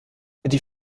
die